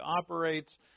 operates